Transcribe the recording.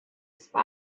spy